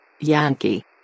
Yankee